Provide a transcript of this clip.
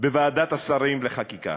בוועדת השרים לחקיקה.